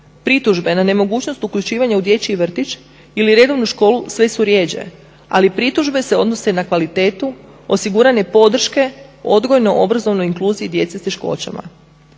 Pritužbe na nemogućnost uključivanja u dječji vrtić ili redovnu školu sve su rjeđe, ali pritužbe se odnose na kvalitetu osigurane podrške odgojno obrazovnoj inkluziji djece s teškoćama.